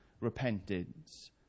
repentance